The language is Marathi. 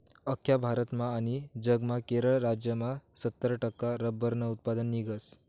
आख्खा भारतमा आनी जगमा केरळ राज्यमा सत्तर टक्का रब्बरनं उत्पन्न निंघस